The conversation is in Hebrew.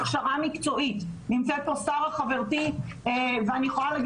הכשרה מקצועית - נמצאת פה שרה חברתי ואני יכולה להגיד